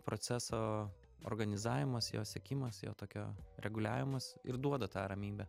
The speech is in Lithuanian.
proceso organizavimas jo sekimas jo tokio reguliavimas ir duoda tą ramybę